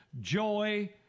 Joy